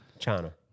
china